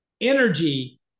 energy